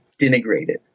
denigrated